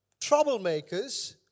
troublemakers